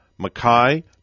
Makai